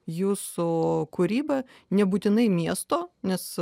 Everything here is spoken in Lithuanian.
jūsų kūrybą nebūtinai miesto nes